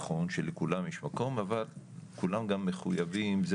נכון שלכולם יש מקום אבל כולם גם מחויבים זה